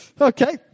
Okay